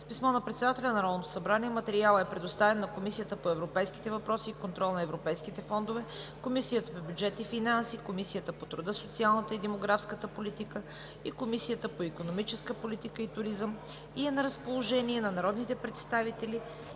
С писмо на председателя на Народното събрание материалът е предоставен на Комисията по европейските въпроси и контрол на европейските фондове, Комисията по бюджет и финанси, Комисията по труда, социалната и демографската политика и Комисията по икономическа политика и туризъм и е на разположение на народните представители